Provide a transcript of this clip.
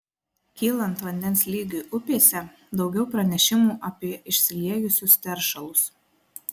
kylant vandens lygiui upėse daugiau pranešimų apie išsiliejusius teršalus